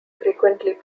frequently